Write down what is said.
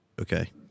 Okay